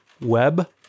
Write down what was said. Web